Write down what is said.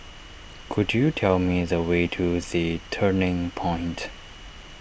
could you tell me the way to the Turning Point